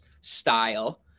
style